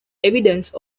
evidence